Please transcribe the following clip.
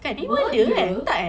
murder